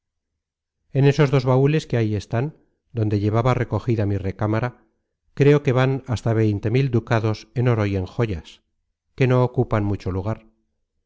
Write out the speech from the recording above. en esos dos baúles que ahí están donde llevaba recogida mi recámara creo que van hasta veinte mil ducados en oro y en joyas que no ocupan mucho lugar